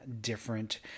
different